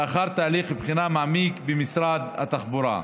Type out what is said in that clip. לאחר תהליך בחינה מעמיק במשרד התחבורה.